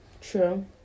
true